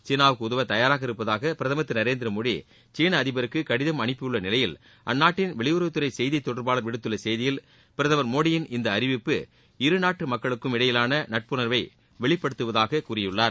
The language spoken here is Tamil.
சீனாவுக்கு உதவ தயாராக இருப்பதாக பிரதமர் திரு நரேந்திரமோடி சீன அதிபருக்கு கடிதம் அனுப்பியுள்ள நிலையில் அந்நாட்டின் வெளியுறவுத்துறை செய்தி தொடர்பாளர் விடுத்துள்ள செய்தியில் பிரதமர் மோடியின் இந்த அறிவிப்பு இரு நாட்டு மக்களுக்கும் இடையிலான நட்புணர்வை வெளிபடுத்துவதாக கூறியுள்ளார்